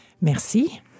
Merci